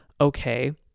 okay